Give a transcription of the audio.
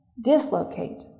dislocate